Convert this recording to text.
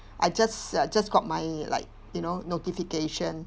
I just uh just got my like you know notification